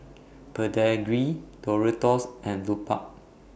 Pedigree Doritos and Lupark